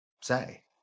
say